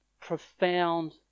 profound